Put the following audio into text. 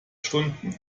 stunden